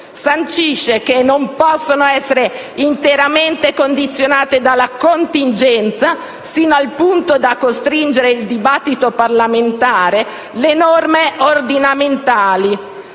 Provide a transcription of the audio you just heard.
del 2013 - non possono essere interamente condizionate dalla contingenza, sino al punto da costringere il dibattito parlamentare sulle stesse nei